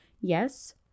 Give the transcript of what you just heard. yes